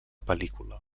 pel·lícula